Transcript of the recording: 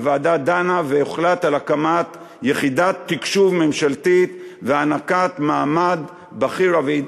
הוועדה דנה והוחלט על הקמת יחידת תקשוב ממשלתית והענקת מעמד בכיר לה.